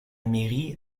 mairie